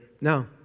no